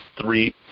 three